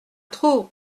trop